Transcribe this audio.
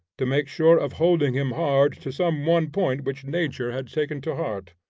to make sure of holding him hard to some one point which nature had taken to heart.